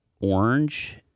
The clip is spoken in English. orange